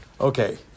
Okay